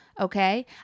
Okay